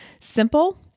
simple